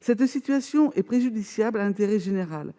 Cette situation est préjudiciable à l'intérêt général.